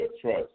trust